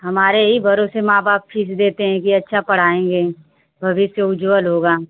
हमारे ही भरोसे माँ बाप फीस देते हैं कि अच्छा पढ़ाएँगे भविष्य उज्ज्वल होगा